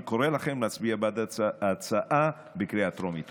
אני קורא לכם להצביע בעד ההצעה בקריאה טרומית.